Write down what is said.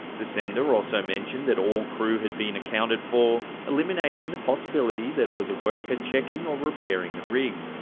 the sender also mentioned that all crew had been accounted for, eliminating the possibility that it was a worker checking or repairing the rig.